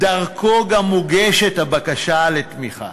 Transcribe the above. שדרכו גם מוגשת הבקשה לתמיכה.